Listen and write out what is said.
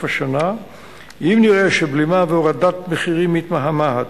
השנה אם נראה שהבלימה וההורדה של המחירים מתמהמהות.